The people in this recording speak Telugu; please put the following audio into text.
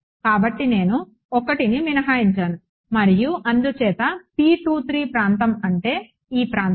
కాబట్టి నేను 1ని మినహాయించాను మరియు అందుచేత ప్రాంతం అంటే ఈ ప్రాంతం